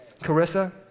Carissa